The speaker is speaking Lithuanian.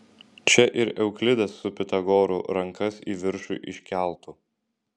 čia ir euklidas su pitagoru rankas į viršų iškeltų